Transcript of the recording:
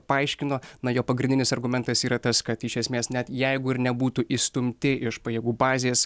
paaiškino na jo pagrindinis argumentas yra tas kad iš esmės net jeigu ir nebūtų išstumti iš pajėgų bazės